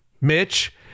Mitch